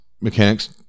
mechanics